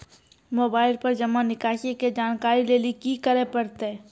Mobile पर जमा निकासी के जानकरी लेली की करे परतै?